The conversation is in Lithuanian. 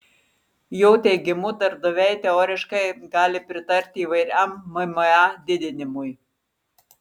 jo teigimu darbdaviai teoriškai gali pritarti įvairiam mma didinimui